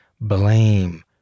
blame